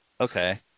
Okay